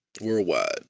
worldwide